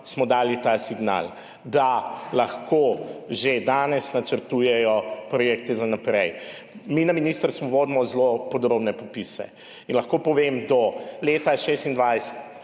smo dali ta signal, da lahko že danes načrtujejo projekte za naprej. Mi na ministrstvu vodimo zelo podrobne popise in lahko povem, do leta 2026